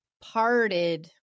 parted